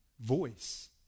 Voice